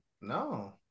No